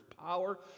power